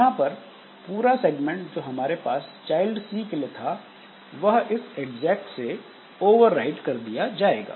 यहां पर पूरा सेगमेंट जो हमारे पास चाइल्ड C के लिए था वह इस एग्जैक से ओवरराइट कर दिया जाएगा